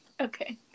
Okay